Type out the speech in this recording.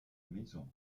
maison